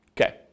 Okay